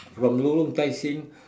from lorong tai seng